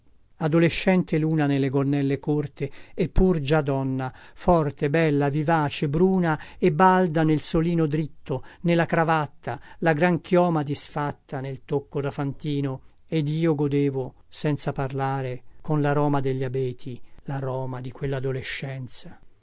adolescente luna nelle gonnelle corte eppur già donna forte bella vivace bruna e balda nel solino dritto nella cravatta la gran chioma disfatta nel tocco da fantino ed io godevo senza parlare con laroma degli abeti laroma di quelladolescenza